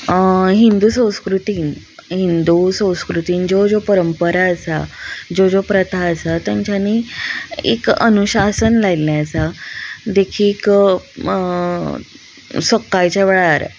हिंदू संस्कृतीन हिंदू संस्कृतीन ज्यो ज्यो परंपरा आसा ज्यो ज्यो प्रथा आसा तेंच्यानी एक अनुशासन लायल्लें आसा देखीक म सक्काळच्या वेळार